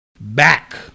Back